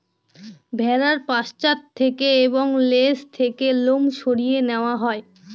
ভেড়ার পশ্চাৎ থেকে এবং লেজ থেকে লোম সরিয়ে নেওয়া হয়